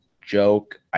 joke